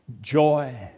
joy